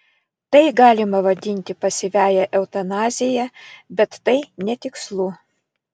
tai galima vadinti pasyviąja eutanazija bet tai netikslu